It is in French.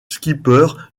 skipper